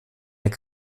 eine